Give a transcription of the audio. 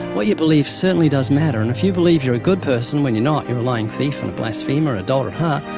what you believe certainly does matter. and if you believe you're a good person when you're not, you're a lying thief, and a blasphemer, adulterer at heart,